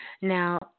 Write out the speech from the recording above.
Now